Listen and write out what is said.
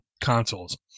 consoles